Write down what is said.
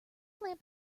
lamp